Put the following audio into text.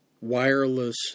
wireless